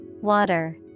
Water